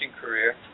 career